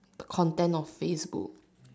the content of Facebook